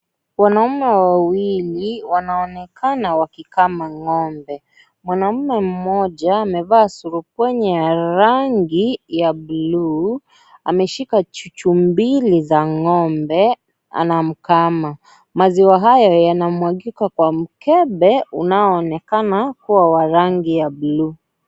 Wanaume wawili wanaonekana wakikama ngombe, mwanaume mmoja amevaa surubwenye ya rangi ya buluu ,ameshika chuchu mbili za ngombe anamkama, maziwa hayo yanawmagika kwa mkebe unaoonekana kuwa wa rangi ya buluu.